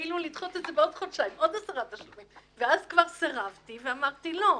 אז כבר סירבתי ואמרתי לא.